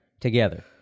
together